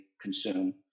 consume